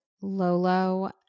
Lolo